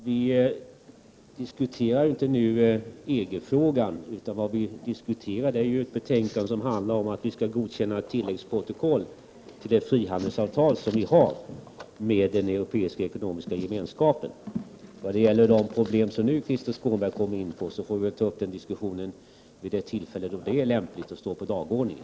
Herr talman! Vi diskuterar inte EG-frågan nu, utan det vi diskuterar är ett betänkande som handlar om att vi skall godkänna ett tilläggsprotokoll till det frihandelsavtal vi har med den Europeiska ekonomiska gemenskapen. De problem som Krister Skånberg nu kom in på får vi ta upp en diskussion om vid ett tillfälle då det är lämpligt och står på dagordningen.